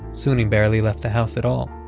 soon he barely left the house at all